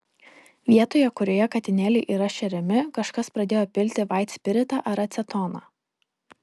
vietoje kurioje katinėliai yra šeriami kažkas pradėjo pilti vaitspiritą ar acetoną